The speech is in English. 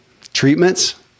treatments